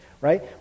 right